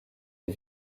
des